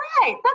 right